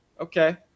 okay